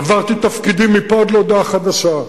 עברתי תפקידים מפה עד להודעה חדשה.